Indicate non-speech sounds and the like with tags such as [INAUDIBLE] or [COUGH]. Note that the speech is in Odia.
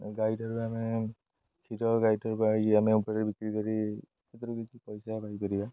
ଗାଈଠାରୁ ଆମେ କ୍ଷୀର ଗାଈ [UNINTELLIGIBLE] ଉପରେ ବିକ୍ରି କରି ସେଥିରୁ କିଛି ପଇସା ପାଇପାରିବା